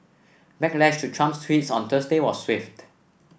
backlash to Trump's tweets on Thursday was swift